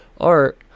art